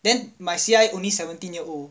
then my C_I only seventeen year old